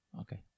Okay